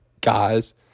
guys